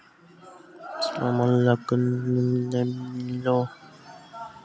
Ferrous oxide व ferric oxide कोन सा माटी म पाय जाथे?